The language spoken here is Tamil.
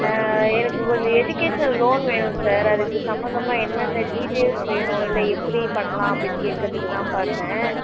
எனக்கு கொஞ்சம் எஜுகேஷ்னல் லோன் வேணும் சார் அதற்கு சம்மந்தமாக என்னென்ன டீட்டைல்ஸ் வேணும் இல்லை எப்படி பண்ணலாம் அப்படின்னு கேட்கறதுக்கு தான் பண்ணேன்